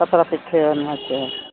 ᱯᱟᱛᱲᱟ ᱯᱤᱴᱷᱟᱹ ᱱᱚᱣᱟ ᱪᱮ